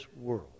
world